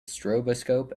stroboscope